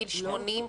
גיל 80 סטטי.